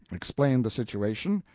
explained the situation,